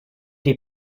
die